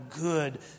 good